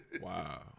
Wow